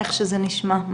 מאיך שזה נשמע.